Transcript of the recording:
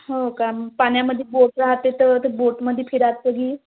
हो का पाण्यामध्ये बोट राहते तर ते बोटमध्ये फिरायचं बी